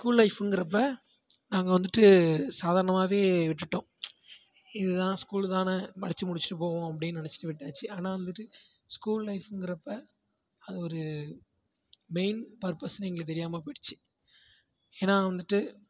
school லைஃப்ங்கிறப்ப நாங்கள் வந்துட்டு சாதாரணமாகவே விட்டுவிட்டோம் இதுதான் ஸ்கூல்தான படிச்சு முடிச்சுட்டு போவோம் அப்படின்னு நினச்சிட்டு விட்டாச்சு ஆனால் வந்துட்டு ஸ்கூல் லைஃப்ங்கிறப்ப அது ஒரு மெயின் பர்பஸ்ன்னு எங்களுக்கு தெரியாமல் போயிடுச்சு ஏன்னால் வந்துட்டு